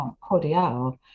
cordial